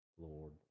Lord